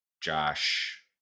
Josh